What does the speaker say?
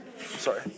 Sorry